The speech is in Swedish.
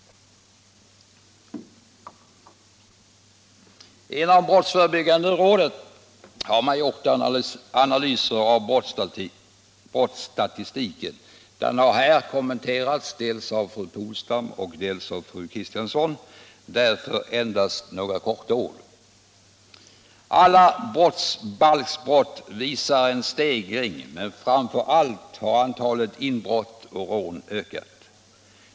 Inom brottsförebyggande rådet har man gjort en analys av brottsstatistiken. Denna analys har här kommenterats av herr Polstam och av fru Kristensson — därför endast några få ord. Alla brottsbalksbrott visar en stegring, men framför allt har antalet inbrott och rån ökat.